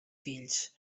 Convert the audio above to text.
fills